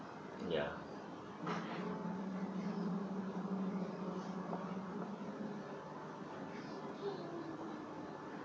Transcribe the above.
ya